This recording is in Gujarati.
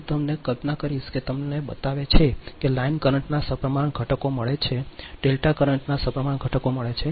હું તમને કલ્પના કરીશ કે તમને બતાવે છે કે લાઈન કરંટના સપ્રમાણ ઘટકો મળે છે ડેલ્ટા કરંટના સપ્રમાણ ઘટકો પણ મળે છે